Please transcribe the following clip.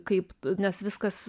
kaip nes viskas